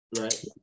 Right